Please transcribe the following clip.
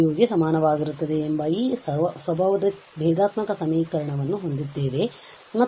ಗೆ ಸಮನಾಗಿರುತ್ತದೆ ಎಂಬ ಈ ಸ್ವಭಾವದ ಭೇದಾತ್ಮಕ ಸಮೀಕರಣವನ್ನು ಹೊಂದಿದ್ದೇವೆ